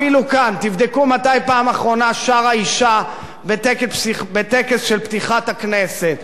אפילו כאן: תבדקו מתי פעם אחרונה שרה אשה בטקס של פתיחת הכנסת.